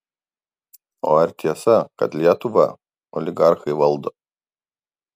o ar tiesa kad lietuvą oligarchai valdo